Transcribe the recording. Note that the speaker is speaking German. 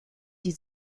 die